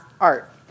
art